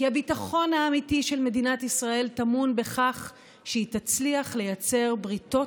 כי הביטחון האמיתי של מדינת ישראל טמון בכך שהיא תצליח לייצר בריתות